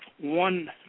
one